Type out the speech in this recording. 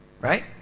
Right